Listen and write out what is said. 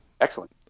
Excellent